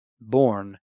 born